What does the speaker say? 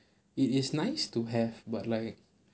it is nice to have but like